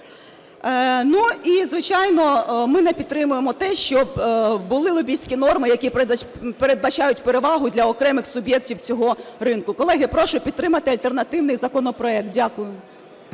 І, звичайно, ми не підтримуємо те, щоб були лобістські норми, які передбачають перевагу для окремих суб'єктів цього ринку. Колеги, я прошу підтримати альтернативний законопроект. Дякую.